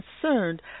concerned